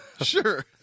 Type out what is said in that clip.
sure